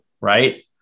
right